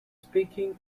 speaking